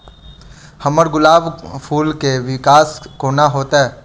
हम्मर गुलाब फूल केँ विकास कोना हेतै?